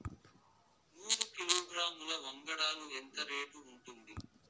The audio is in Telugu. నూరు కిలోగ్రాముల వంగడాలు ఎంత రేటు ఉంటుంది?